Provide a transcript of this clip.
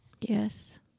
Yes